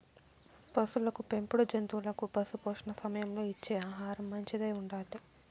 పసులకు పెంపుడు జంతువులకు పశుపోషణ సమయంలో ఇచ్చే ఆహారం మంచిదై ఉండాలి